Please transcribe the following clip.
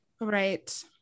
Right